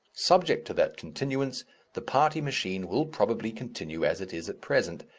subject to that continuance the party machine will probably continue as it is at present,